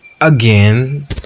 again